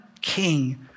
king